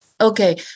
okay